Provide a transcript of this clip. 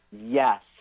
Yes